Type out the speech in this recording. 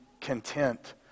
content